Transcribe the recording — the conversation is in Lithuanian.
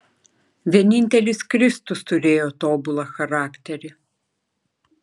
vienintelis kristus turėjo tobulą charakterį